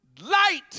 light